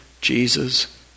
Jesus